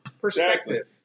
Perspective